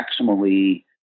maximally